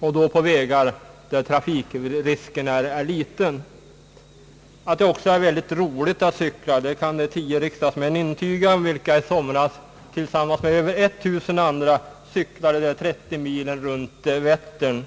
på vägar där trafikrisken är liten. Att det också är väldigt roligt att cykla kan de tio riksdagsmän intyga, vilka i somras tillsammans med över tusen andra cyklade de 30 milen runt Vättern.